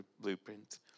blueprint